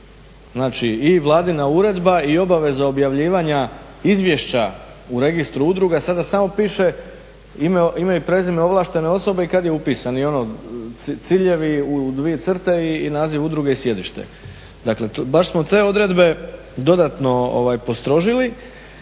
Znači i vladina uredba i obaveza objavljivanja izvješća u Registru udruga, sada samo piše ime i prezime ovlaštene osobe i kad je upisan i ono ciljevi u dvije crte i naziv udruge i sjedište. Dakle, baš smo te odredbe dodatno postrožili.